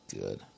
good